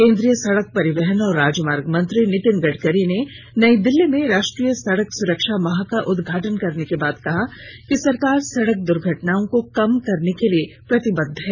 केन्द्रीय सड़क परिवहन और राजमार्ग मंत्री नितिन गडकरी ने नई दिल्ली में राष्ट्रीय सड़क सुरक्षा माह का उद्घाटन करने के बाद कहा कि सरकार सड़क दुर्घटनाओं को कम करने के लिए प्रतिबद्ध हैं